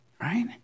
right